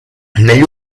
negli